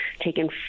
taken